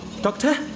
Doctor